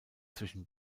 zwischen